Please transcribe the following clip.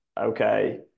okay